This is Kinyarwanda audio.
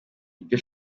byo